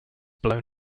blown